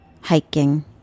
hiking